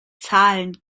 zahlen